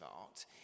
art